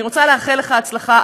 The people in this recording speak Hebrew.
אני רוצה לאחל לך הצלחה.